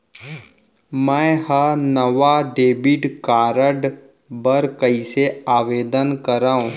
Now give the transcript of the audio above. मै हा नवा डेबिट कार्ड बर कईसे आवेदन करव?